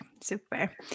Super